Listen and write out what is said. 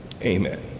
amen